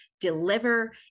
deliver